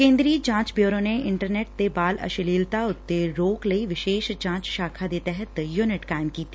ਕੇ'ਦਰੀ ਜਾ'ਚ ਬਿਊਰੋ ਨੇ ਇੰਟਰਨੈਟ ਤੇ ਬਾਲ ਅਸ਼ਲੀਲਤਾ ਉਤੇ ਰੋਕ ਲਈ ਵਿਸ਼ੇਸ਼ ਜਾ'ਚ ਸ਼ਾਖਾ ਦੇ ਡਹਿਤ ਯੁਨਿਟ ਕਾਇਮ ਕੀਤੀ